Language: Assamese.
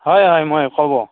হয় হয় মই ক'ব